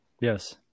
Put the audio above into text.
Yes